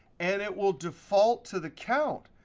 and it will default to the count.